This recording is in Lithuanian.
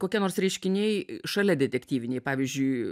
kokie nors reiškiniai šalia detektyviniai pavyzdžiui